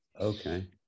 Okay